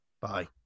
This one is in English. Bye